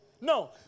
No